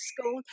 school